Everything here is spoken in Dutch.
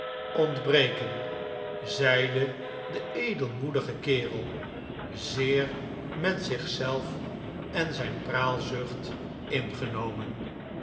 ontbreken zeide de edelmoedige kerel zeer met zichzelf en zijn praalzucht ingenomen